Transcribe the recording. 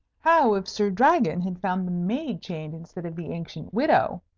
how if sir dragon had found the maid chained instead of the ancient widow?